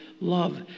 Love